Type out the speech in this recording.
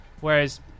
Whereas